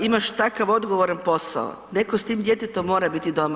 Imaš takav odgovoran posao, neko s tim djetetom mora biti doma.